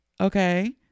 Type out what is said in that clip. okay